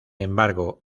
embargo